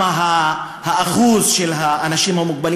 והאחוז של האנשים המוגבלים